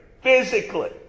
Physically